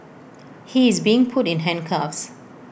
he is being put in handcuffs